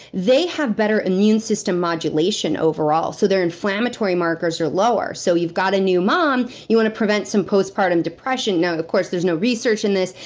they have better immune system modulation overall, so their inflammatory markers are lower. so you've got a new mom, you want to prevent some postpartum depression. now, of course, there's no research in this.